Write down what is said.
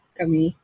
kami